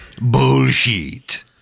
bullshit